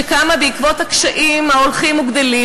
שקמה בעקבות הקשיים ההולכים וגדלים,